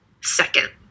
second